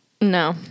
No